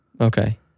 Okay